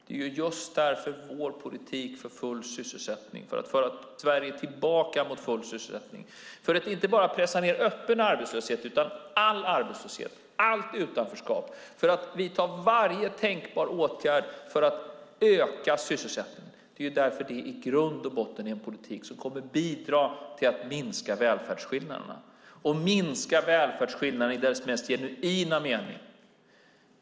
Det är just därför vår politik för full sysselsättning, för att föra Sverige tillbaka mot full sysselsättning, för att inte bara pressa ned öppen arbetslöshet utan all arbetslöshet och allt utanförskap, för att vidta varje tänkbar åtgärd för att öka sysselsättningen i grund och botten är den politik som kommer att bidra till att minska välfärdsskillnaderna, och minska välfärdsskillnaderna i deras mest genuina mening.